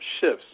shifts